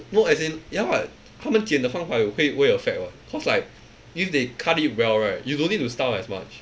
no as in ya what 他们剪的方法有会会 affect what cause like if they cut it well right you don't need to style as much